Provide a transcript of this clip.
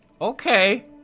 Okay